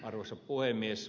arvoisa puhemies